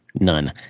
None